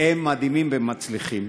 הם מדהימים והם מצליחים.